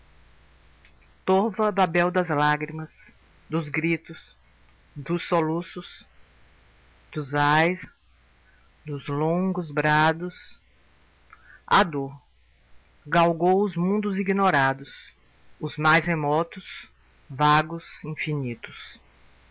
desejo torva babel das lágrimas dos gritos dos soluços dos ais dos longos brados a dor galgou os mundos ignorados os mais remotos vagos infinitos